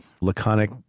laconic